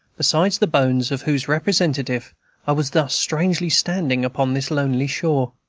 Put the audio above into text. besides the bones of whose representative i was thus strangely standing, upon this lonely shore.